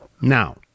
Now